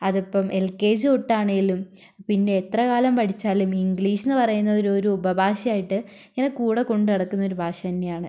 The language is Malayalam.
അതിപ്പം എൽ കെ ജി തൊട്ടാണെങ്കിലും പിന്നെ എത്രകാലം പഠിച്ചാലും ഇംഗ്ലീഷ് എന്നു പറയുന്നത് ഒരു ഒരു ഉപഭാഷയായിട്ട് ഇങ്ങനെ കൂടെ കൊണ്ടുനടക്കുന്ന ഒരു ഭാഷ തന്നെയാണ്